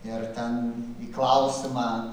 ir ten į klausimą